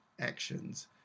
actions